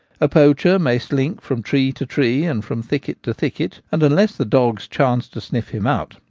a poacher may slink from tree to tree and from thicket to thicket and, unless the dogs chance to sniff him out,